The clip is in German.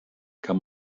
kann